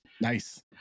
Nice